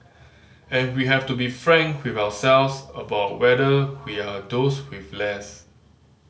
and we have to be frank with ourselves about whether we are those with less